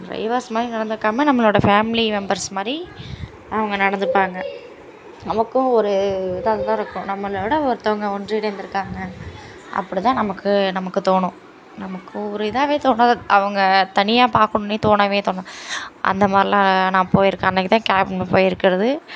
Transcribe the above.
drivers மாதிரி நடந்துக்காம நம்மளோடய ஃபேமிலி மெம்பர்ஸ் மாதிரி அவங்க நடந்துப்பாங்க நமக்கும் ஒரு இதாக இதாக இருக்கும் நம்மளோடய ஒருத்தங்க ஒன்றிணைந்து இருக்காங்க அப்படி தான் நமக்கு நமக்கு தோணும் நமக்கு ஒரு இதாவே தோணாது அவங்க தனியாக பார்க்கணும்னே தோணவே தோணா அந்த மாதிரிலாம் நான் போயிருக்கேன் அன்றைக்கு தான் கேப் போயிருக்கிறது